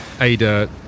Ada